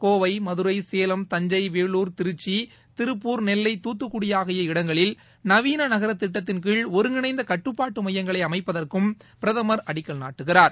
கோவை மதுரை சேலம் தஞ்சை வேலுர் திருச்சி திருப்பூர் நெல்லை துத்துக்குடி ஆகிய இடங்களில் நவீன நகர திட்டத்தின் கீழ் ஒருங்கிணைந்த கட்டுப்பாட்டு மையங்களை அமைப்பதற்கும் பிரதமர் அடிக்கல் நாட்டுகிறார்